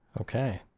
Okay